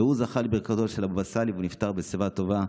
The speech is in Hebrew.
והוא זכה לברכתו של באבא סאלי ונפטר בשיבה טובה,